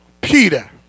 Peter